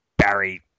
Barry